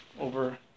Over